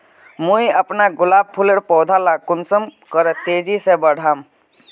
मुई अपना गुलाब फूलेर पौधा ला कुंसम करे तेजी से बढ़ाम?